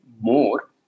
more